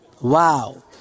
Wow